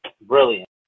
brilliant